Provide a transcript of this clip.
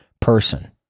person